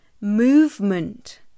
movement